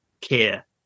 care